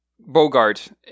Bogart